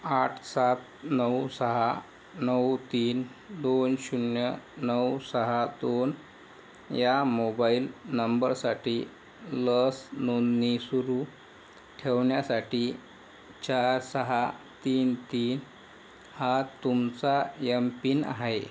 आठ सात नऊ सहा नऊ तीन दोन शून्य नऊ सहा दोन या मोबाईल नंबरसाठी लस नोंदणी सुरू ठेवण्यासाठी चार सहा तीन तीन हा तुमचा एमपिन आहे